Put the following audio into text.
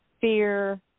fear